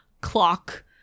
clock